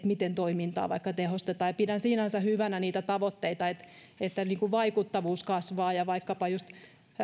miten toimintaa vaikka tehostetaan pidän sinänsä hyvänä niitä tavoitteita että vaikuttavuus kasvaa ja vaikkapa just